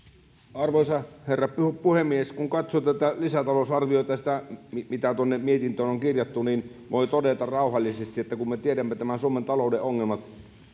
arvoisa herra puhemies kun katson tätä lisätalousarviota sitä mitä tuonne mietintöön on kirjattu niin voi todeta rauhallisesti että kun me tiedämme suomen talouden ongelmat niin